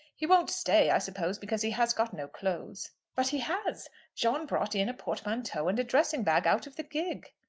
he won't stay, i suppose, because he has got no clothes. but he has john brought in a portmanteau and a dressing-bag out of the gig.